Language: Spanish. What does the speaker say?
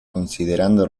considerando